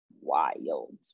wild